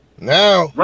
Now